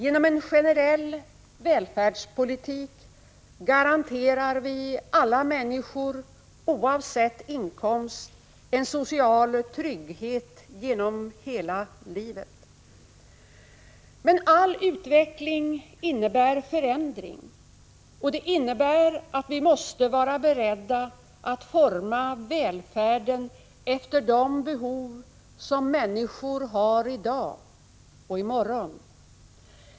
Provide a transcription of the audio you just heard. Genom en generell välfärdspolitik garanterar vi alla människor — oavsett inkomst — en social trygghet genom hela livet. Men all utveckling innebär förändring. Det innebär att vi måste vara beredda att forma välfärden efter de behov som människor har i dag och i morgon.